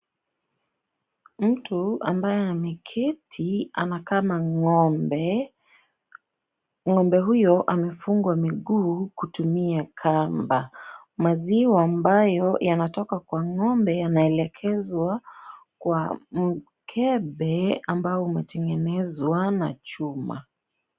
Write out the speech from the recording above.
Mtu ambaye ameketi anakama ng'ombe. Ng'ombe huyo amefungwa miguu kutumia kamba. Maziwa ambayo yanatoka kwa ng'ombe yanaelekezwa kwa mkebe ambao umetengenezwa na chuma.